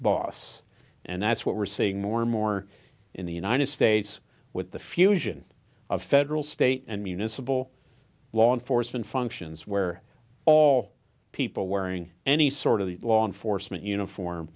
boss and that's what we're seeing more and more in the united states with the fusion of federal state and municipal law enforcement functions where all people wearing any sort of the law enforcement uniform